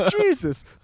Jesus